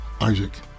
Isaac